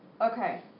okay